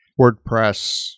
WordPress